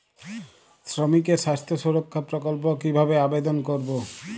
শ্রমিকের স্বাস্থ্য সুরক্ষা প্রকল্প কিভাবে আবেদন করবো?